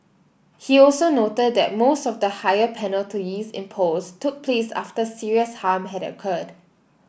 he also noted that most of the higher penalties imposed took place after serious harm had occurred